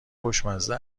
خوشمزه